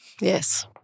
Yes